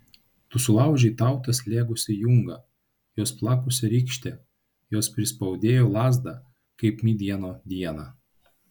tu sulaužei tautą slėgusį jungą juos plakusią rykštę jos prispaudėjo lazdą kaip midjano dieną